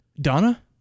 Donna